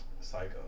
Psycho